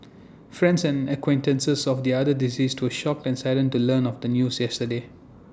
friends and acquaintances of the other deceased to shocked and saddened to learn of the news yesterday